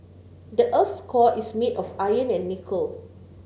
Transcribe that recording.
the earth's core is made of iron and nickel